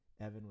Evan